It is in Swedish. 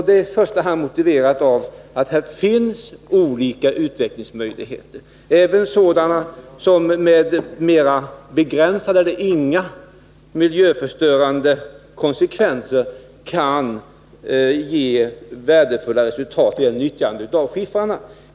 Det är i första hand motiverat av att det här finns olika utvecklingsmöjligheter, även sådana som med mera begränsade eller inga miljöförstörande konsekvenser kan ge värdefulla resultat när det gäller utnyttjande av skiffrarna.